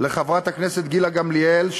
לחברת הכנסת גילה גמליאל,